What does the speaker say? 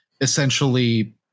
essentially